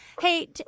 Hey